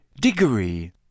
Diggory